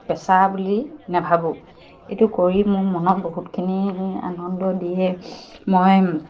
পেছা বুলি নেভাবোঁ এইটো কৰি মোৰ মনত বহুতখিনি আনন্দ দিয়ে মই